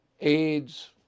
AIDS